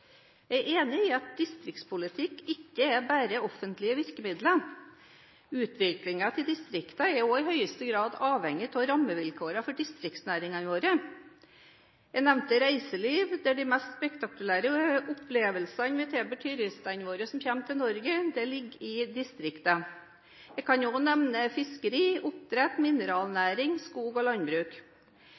Jeg er enig i at distriktspolitikk ikke bare er offentlige virkemidler, utviklingen av distriktene er også i høyeste grad avhengig av rammevilkårene for distriktsnæringene våre. Jeg nevnte reiseliv, for de mest spektakulære opplevelsene vi tilbyr turistene som kommer til Norge, ligger i distriktene. Jeg kan også nevne fiskeri, oppdrett, mineralnæring, skog- og landbruk.